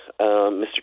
Mr